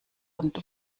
und